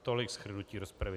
Tolik shrnutí rozpravy.